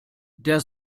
der